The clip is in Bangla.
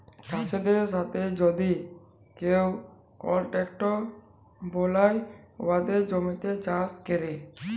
চাষীদের সাথে যদি কেউ কলট্রাক্ট বেলায় উয়াদের জমিতে চাষ ক্যরে